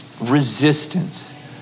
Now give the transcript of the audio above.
resistance